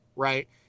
Right